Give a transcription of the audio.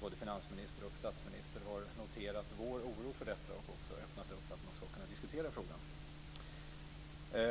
både finansministern och statsministern har noterat vår oro för detta och öppnat för att man skall kunna diskutera frågan.